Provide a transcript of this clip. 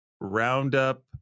roundup